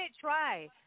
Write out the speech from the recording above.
try